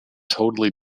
totally